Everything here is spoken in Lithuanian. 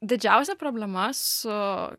didžiausia problema su